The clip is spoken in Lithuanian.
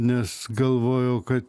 nes galvojau kad